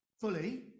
fully